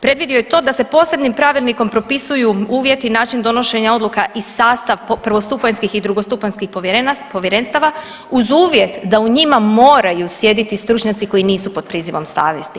Predvidio je to da se posebnim pravilnikom propisuju uvjeti i način donošenja odluka i sastav prvostupanjskih i drugostupanjskih povjerenstava, uz uvjet da u njima moraju sjediti stručnjaci koji nisu pod prizivom savjesti.